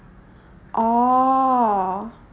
oh